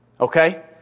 Okay